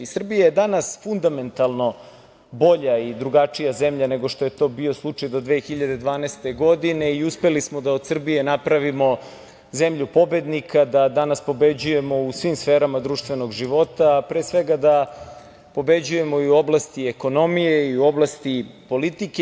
Srbija je danas fundamentalno bolja i drugačija zemlja nego što je to bio slučaj do 2012. godine i uspeli smo da od Srbije napravimo zemlju pobednika, da danas pobeđujemo u svim sferama društvenog života, a pre svega da pobeđujemo i u oblasti ekonomije i u oblasti politike.